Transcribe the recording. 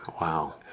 Wow